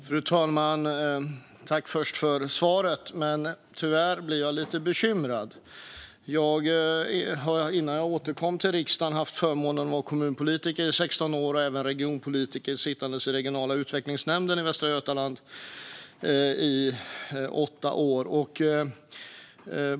Fru talman! Jag tackar statsrådet för svaret, men tyvärr blir jag lite bekymrad. Jag har - innan jag återkom till riksdagen - haft förmånen att vara kommunpolitiker i 16 år och även regionpolitiker, sittandes i regionala utvecklingsnämnden i Västra Götaland, i åtta år.